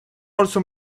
also